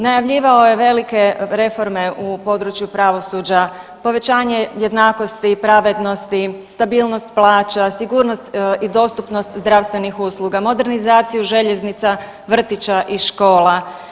Najavljivao je velike reforme u području pravosuđa, povećanje jednakosti, pravednosti, stabilnost plaća, sigurnost i dostupnost zdravstvenih usluga, modernizaciju željeznica, vrtića i škola.